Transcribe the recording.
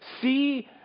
see